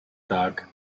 tag